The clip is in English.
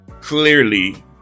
clearly